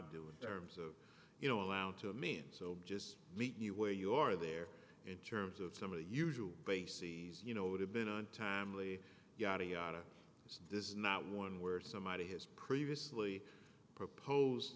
do in terms of you know allowed to mean so just meet you where you are there in terms of some of the usual bases you know would have been untimely yada yada this is not one where somebody has previously propose